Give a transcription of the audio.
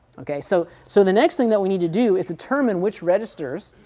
ok, so so the next thing that we need to do is determine which registers